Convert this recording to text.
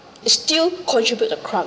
it still contribute the crime